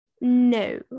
no